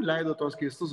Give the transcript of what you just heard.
leido tuos keistus